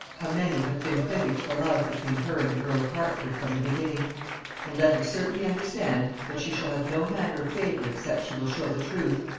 how many hath been privy to the love between her and the earl of hertford from the beginning and let her certainly understand that she shall have no manner of favor except she will show the truth,